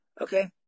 okay